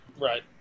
Right